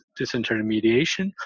disintermediation